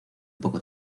poco